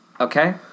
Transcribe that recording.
okay